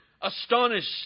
astonished